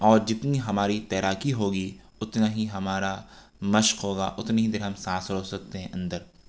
اور جتنی ہماری تیراکی ہوگی اتنا ہی ہمارا مشق ہوگا اتنی ہی دیر ہم سانس روک سکتے ہیں اندر